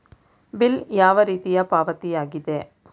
Bill ಯಾವ ರೀತಿಯ ಪಾವತಿಯಾಗಿದೆ?